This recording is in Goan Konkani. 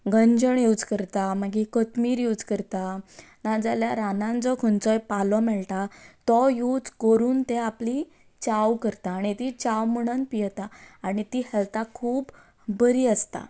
गंजण यूज करतात मागीर कथमीर यूज करतात नाजाल्यार रानांत जो खंयचोय पालो मेळटा तो यूज करून ते आपली च्या करता आनी ती च्या म्हणून पितात आनी ती हेल्थाक खूब बरी आसता